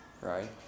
right